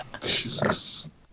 Jesus